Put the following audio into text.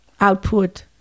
output